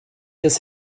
des